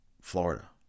Florida